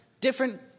different